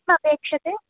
किम् अपेक्ष्यते